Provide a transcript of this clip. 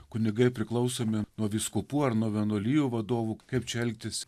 kunigai priklausomi nuo vyskupų ar nuo vienuolijų vadovų kaip čia elgtis